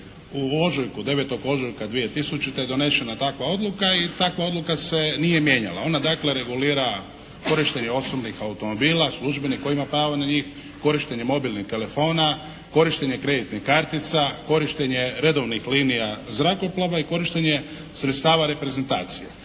9. ožujka 2000. donesena je takva odluka, i takva odluka se nije mijenjala. Ona dakle, regulira korištenje osobnih automobila, službenih, koji ima pravo na njih, korištenje mobilnih telefona, korištenje kreditnih kartica, korištenje redovnih linija zrakoplova i korištenje sredstava reprezentacije.